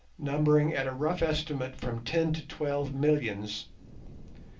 numbering at a rough estimate from ten to twelve millions.